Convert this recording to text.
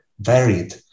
varied